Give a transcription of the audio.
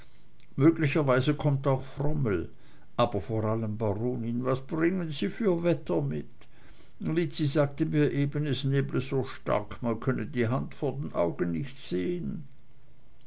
möglicherweise kommt auch frommel aber vor allem baronin was bringen sie für wetter mit lizzi sagte mir eben es neble so stark man könne die hand vor augen nicht sehn